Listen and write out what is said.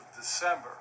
December